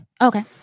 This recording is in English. Okay